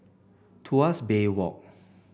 Tuas Bay Walk